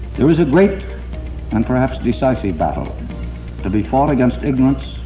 there is a great and perhaps decisive battle to be fought against ignorance,